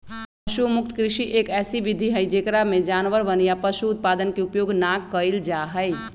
पशु मुक्त कृषि, एक ऐसी विधि हई जेकरा में जानवरवन या पशु उत्पादन के उपयोग ना कइल जाहई